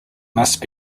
must